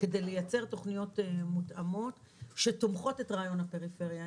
כדי לייצר תוכניות מותאמות שתומכות את רעיון הפריפריה.